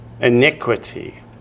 iniquity